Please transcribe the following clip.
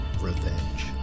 revenge